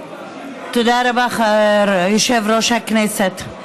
תודה רבה, יושב-ראש הכנסת.